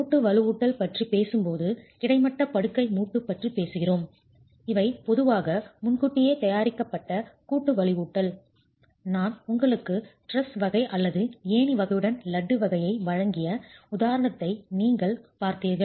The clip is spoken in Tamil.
மூட்டு வலுவூட்டல் பற்றி பேசும்போது கிடைமட்ட படுக்கை மூட்டு பற்றி பேசுகிறோம் இவை பொதுவாக முன்கூட்டியே தயாரிக்கப்பட்ட கூட்டு வலுவூட்டல் நான் உங்களுக்கு டிரஸ் வகை அல்லது ஏணி வகையுடன் லட்டு வகையை வழங்கிய உதாரணத்தை நீங்கள் பார்த்தீர்கள்